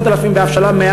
10,000 בהבשלה,